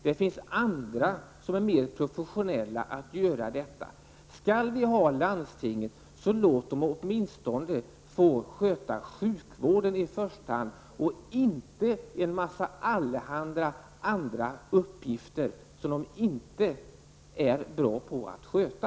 Det finns andra som är mer professionella på att göra det. Skall vi ha landsting, låt dem i så fall åtminstone få sköta sjukvården i första hand och inte en massa allehanda andra uppgifter, som de inte är bra på att sköta.